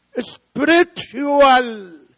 spiritual